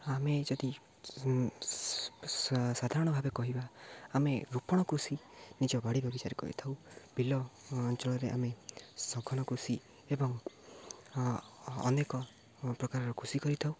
ଆମେ ଯଦି ସାଧାରଣ ଭାବେ କହିବା ଆମେ ରୋପଣ କୃଷି ନିଜ ବାଡ଼ି ବଗିଚାର କରିଥାଉ ବିଲ ଅଞ୍ଚଳରେ ଆମେ ଶଗନ କୃଷି ଏବଂ ଅନେକ ପ୍ରକାରର କୃଷି କରିଥାଉ